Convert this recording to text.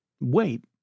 Wait